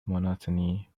monotony